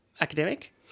academic